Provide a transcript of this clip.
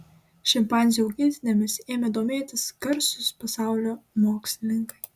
šimpanzių augintinėmis ėmė domėtis garsūs pasaulio mokslininkai